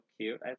cute